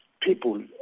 people